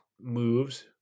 moves